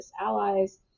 allies